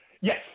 Yes